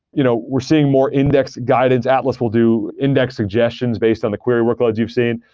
you know we're seeing more index guidance. atlas will do index suggestions based on the query workloads you've seen.